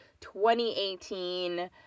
2018